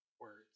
words